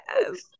yes